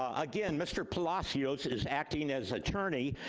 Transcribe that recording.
ah again, mr. palazzio is acting as attorney.